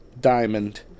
Diamond